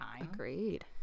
Agreed